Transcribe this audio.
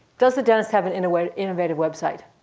does the dentist have an innovative innovative website?